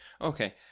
Okay